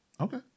Okay